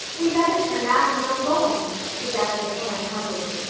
we'd better turn back and go home, suggested anne humbly.